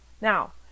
Now